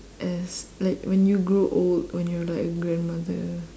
as like when you grow old when you're like a grandmother